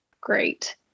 great